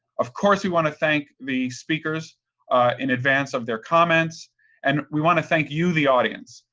of course, we want to thank the speakers in advance of their comments and we want to thank you, the audience.